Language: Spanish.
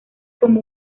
como